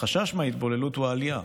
לחשש מההתבוללות הוא העלייה,